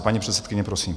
Paní předsedkyně, prosím.